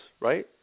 right